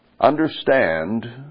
understand